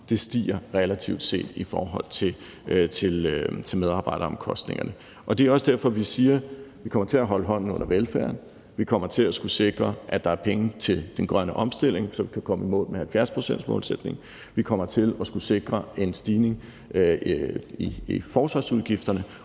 stiger relativt set i forhold til medarbejderomkostningerne. Det er også derfor, vi siger, at vi kommer til at holde hånden under velfærden, at vi kommer til at skulle sikre, at der er penge til den grønne omstilling, så vi kan komme i mål med 70-procentsmålsætningen, at vi kommer til at skulle sikre en stigning i forsvarsudgifterne